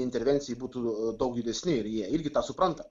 intervencijai būtų daug didesni ir jie irgi tą supranta